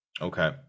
Okay